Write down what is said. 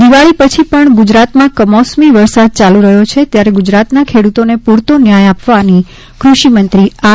ફળદુ દિવાળી પછી પણ ગુજરાતમાં કમોસમી વરસાદ ચાલુ રહ્યો છે ત્યારે ગુજરાતના ખેડૂતોને પૂરતો ન્યાય આપવાની કૃષિમંત્રી આર